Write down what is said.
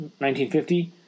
1950